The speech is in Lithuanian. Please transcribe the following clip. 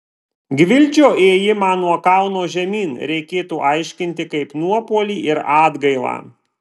gvildžio ėjimą nuo kalno žemyn reikėtų aiškinti kaip nuopuolį ir atgailą